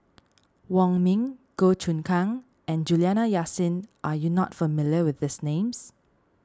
Wong Ming Goh Choon Kang and Juliana Yasin are you not familiar with these names